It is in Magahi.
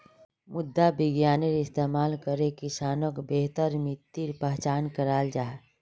मृदा विग्यानेर इस्तेमाल करे किसानोक बेहतर मित्तिर पहचान कराल जाहा